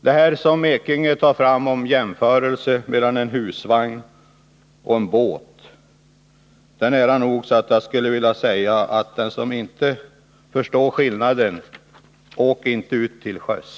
Den jämförelse mellan en husvagn och en båt som Bernt Ekinge gjorde föranleder mig nära nog att säga: Ni som inte förstår skillnaden — åk inte ut till sjöss!